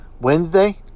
Wednesday